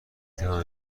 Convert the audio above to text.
توانم